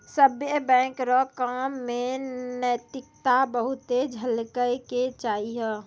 सभ्भे बैंक रो काम मे नैतिकता बहुते झलकै के चाहियो